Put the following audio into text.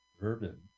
urban